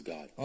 God